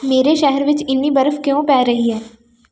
ਮੇਰੇ ਸ਼ਹਿਰ ਵਿੱਚ ਇੰਨੀ ਬਰਫ਼ ਕਿਉਂ ਪੈ ਰਹੀ ਹੈ